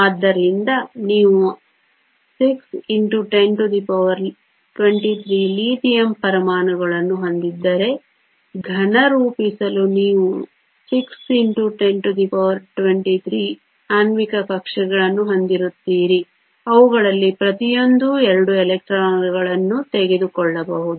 ಆದ್ದರಿಂದ ನೀವು 6 x 1023 lithium ಪರಮಾಣುಗಳನ್ನು ಹೊಂದಿದ್ದರೆ ಘನ ರೂಪಿಸಲು ನೀವು 6 x 1023 ಆಣ್ವಿಕ ಕಕ್ಷೆಗಳನ್ನು ಹೊಂದಿರುತ್ತೀರಿ ಅವುಗಳಲ್ಲಿ ಪ್ರತಿಯೊಂದೂ 2 ಎಲೆಕ್ಟ್ರಾನ್ಗಳನ್ನು ತೆಗೆದುಕೊಳ್ಳಬಹುದು